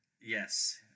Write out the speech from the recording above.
Yes